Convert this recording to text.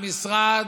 המשרד,